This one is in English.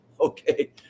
Okay